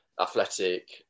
athletic